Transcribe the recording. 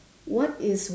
what is